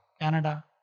Canada